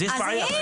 אז יש בעיה.